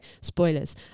spoilers